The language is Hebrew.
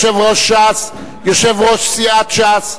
יושב-ראש סיעת ש"ס,